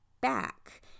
back